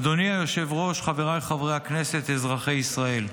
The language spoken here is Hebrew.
אדוני היושב-ראש, חבריי חברי הכנסת, אזרחי ישראל,